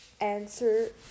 answer